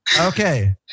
Okay